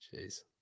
Jeez